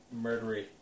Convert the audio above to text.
murdery